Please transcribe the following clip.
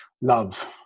love